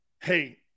Hey